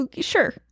Sure